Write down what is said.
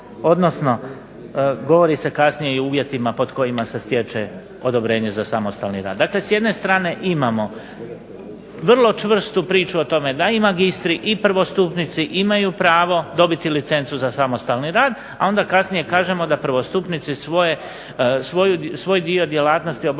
odnosno govori se kasnije i o uvjetima pod kojima se stječe odobrenje za samostalni rad. Dakle, s jedne strane imamo vrlu čvrstu priču o tome da i magistri i prvostupnici imaju pravo dobiti licencu za samostalni rad, a onda kasnije kažemo da prvostupnici svoj dio djelatnosti obavljaju